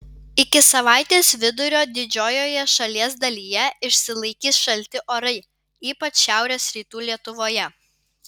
iki savaitės vidurio didžiojoje šalies dalyje išsilaikys šalti orai ypač šiaurės rytų lietuvoje